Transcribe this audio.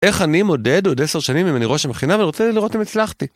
איך אני מודד עוד עשר שנים אם אני ראש המכינה ואני רוצה לראות אם הצלחתי.